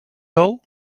all